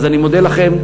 אני מודה לכם.